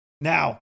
now